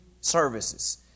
services